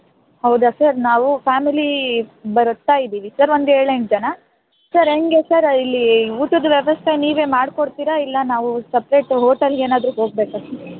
ಹೌದಾ ಸರ್ ನಾವು ಫ್ಯಾಮಿಲಿ ಬರುತ್ತಾ ಇದ್ದೀವಿ ಸರ್ ಒಂದು ಏಳೆಂಟು ಜನ ಸರ್ ಹೇಗೆ ಸರ್ ಇಲ್ಲಿ ಊಟದ ವ್ಯವಸ್ಥೆ ನೀವೇ ಮಾಡಿಕೊಡ್ತೀರಾ ಇಲ್ಲ ನಾವು ಸಪ್ರೇಟ್ ಹೋಟಲ್ಗೆ ಏನಾದ್ರೂ ಹೋಗಬೇಕಾ ಸ